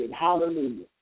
Hallelujah